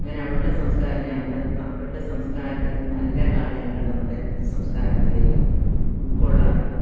അങ്ങനെ അവരുടെ സംസ്കാരം നമ്മുടെ അവരുടെ സംസ്കാരത്തിൽ നിന്ന് നല്ല കാര്യങ്ങൾ നമ്മുടെ സംസ്കാരത്തിലേക്ക് ഉൾക്കൊള്ളാനും